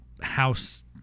house